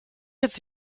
jetzt